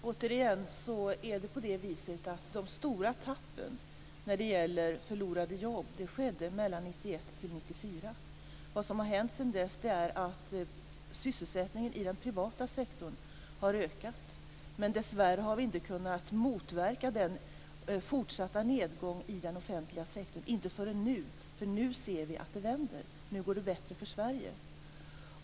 Herr talman! Återigen är det på det viset att de stora tappen när det gäller jobb skedde mellan 1991 och 1994. Vad som har hänt sedan dess är att sysselsättningen i den privata sektorn har ökat. Dessvärre har vi inte kunnat motverka den fortsatta nedgången i den offentligen sektorn förrän nu, för nu ser vi att det vänder. Nu går det bättre för Sverige.